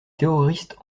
terroristes